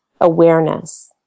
awareness